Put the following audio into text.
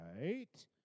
right